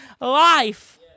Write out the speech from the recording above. life